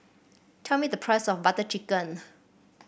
tell me the price of Butter Chicken